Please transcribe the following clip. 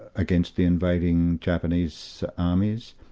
against the invading japanese armies.